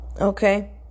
Okay